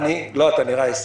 אתה נראה עשר.